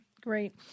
great